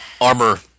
armor